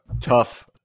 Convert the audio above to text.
tough